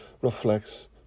reflects